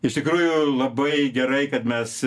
iš tikrųjų labai gerai kad mes